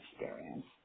experience